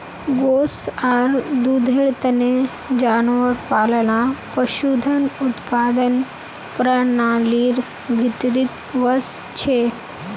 गोस आर दूधेर तने जानवर पालना पशुधन उत्पादन प्रणालीर भीतरीत वस छे